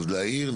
אז להעיר,